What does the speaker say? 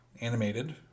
animated